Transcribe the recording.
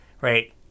right